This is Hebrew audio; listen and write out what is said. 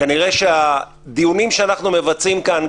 כנראה שהדיונים שאנחנו מבצעים כאן,